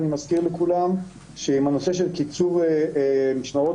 אני מזכיר לכולם שעם הנושא של קיצור משמרות